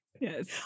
Yes